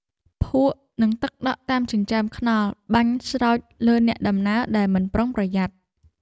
ភក់ និងទឹកដក់តាមចិញ្ចើមថ្នល់បាញ់ស្រោចលើអ្នកដំណើរដែលមិនប្រុងប្រយ័ត្ន។